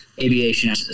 aviation